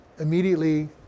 immediately